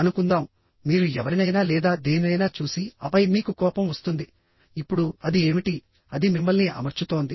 అనుకుందాం మీరు ఎవరినైనా లేదా దేనినైనా చూసి ఆపై మీకు కోపం వస్తుంది ఇప్పుడు అది ఏమిటి అది మిమ్మల్ని అమర్చుతోంది